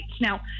now